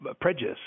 prejudice